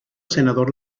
senador